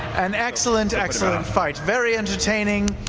an excellent, excellent and fight, very entertaining,